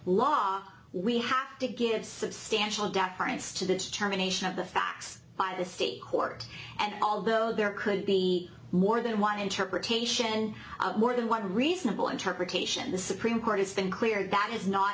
law we have to give substantial deference to this charming nation of the facts by the state court and although there could be more than one interpretation of more than one reasonable interpretation the supreme court has been clear that is not